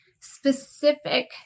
specific